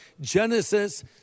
Genesis